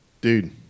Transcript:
Dude